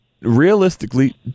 realistically